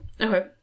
Okay